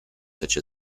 such